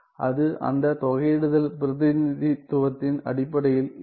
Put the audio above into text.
அது அந்த தொகையீடுதல் பிரதிநிதித்துவத்தின் அடிப்படையில் இருக்கும்